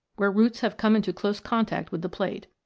where roots have come into close contact with the plate.